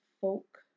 folk